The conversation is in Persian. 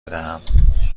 بدهم